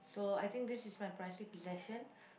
so I think this is my pricy possession